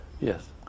Yes